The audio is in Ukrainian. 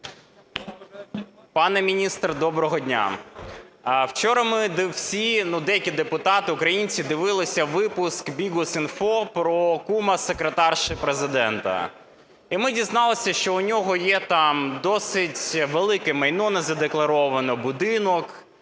Пане міністре, доброго дня! Вчора ми всі, ну, деякі депутати, українці дивилися випуск Bihus.Info про кума секретарки Президента, і ми дізналися, що в нього є там досить велике майно: незадекларований будинок,